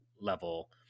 level